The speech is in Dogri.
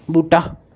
बूह्टा